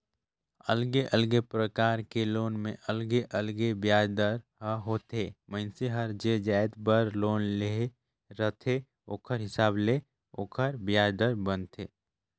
अलगे अलगे परकार के लोन में अलगे अलगे बियाज दर ह होथे, मइनसे हर जे जाएत बर लोन ले रहथे ओखर हिसाब ले ओखर बियाज दर बनथे